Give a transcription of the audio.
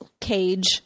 cage